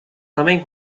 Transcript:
também